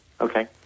Okay